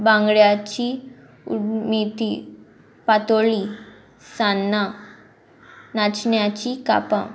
बांगड्याची उमेती पातोळी सान्नां नाचण्याची कापां